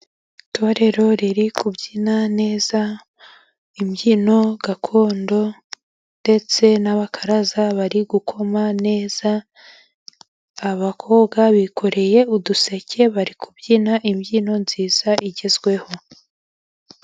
Itorero riri kubyina neza, imbyino gakondo, ndetse n'abakaraza bari gukoma neza, abakobwa bikoreye uduseke, bari kubyina imbyino nziza igezweho.